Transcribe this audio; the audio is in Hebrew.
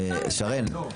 שרן.